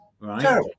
right